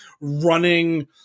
running